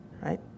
Right